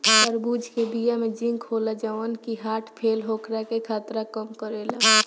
तरबूज के बिया में जिंक होला जवन की हर्ट फेल होखला के खतरा कम करेला